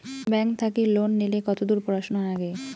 Bank থাকি loan নিলে কতদূর পড়াশুনা নাগে?